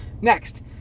Next